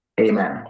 Amen